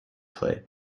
played